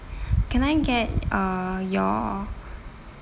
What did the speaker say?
can I get uh your